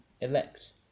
elect